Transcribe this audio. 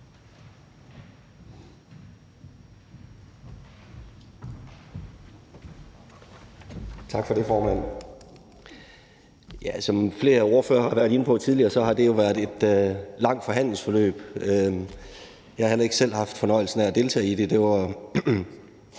Tak for det, formand. Som flere ordførere har været inde på tidligere, har det jo været et langt forhandlingsforløb. Jeg har heller ikke selv haft fornøjelsen af at deltage i det.